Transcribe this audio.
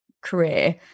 career